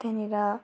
त्यहाँनिर